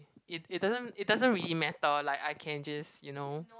it it doesn't it doesn't really matter like I can just you know